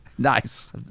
nice